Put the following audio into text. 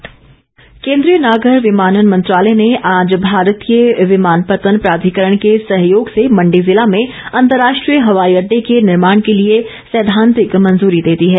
हवाई अड्डा केन्द्रीय नागर विमानन मंत्रालय ने आज भारतीय विमानपत्तन प्राधिकरण के सहयोग से मंडी ज़िला में अंतर्राष्ट्रीय हवाई अड्डे के निर्माण के लिए सैद्धांतिक मंजूरी दे दी है